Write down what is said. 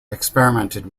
experimented